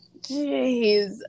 Jeez